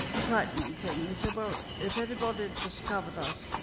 frightening thing? he said, well, if anybody discovered us,